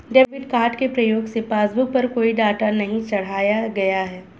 debit card के प्रयोग से पासबुक पर कोई डाटा नहीं चढ़ाया गया है